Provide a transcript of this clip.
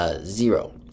Zero